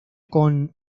con